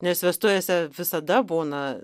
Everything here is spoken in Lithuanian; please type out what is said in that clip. nes vestuvėse visada būna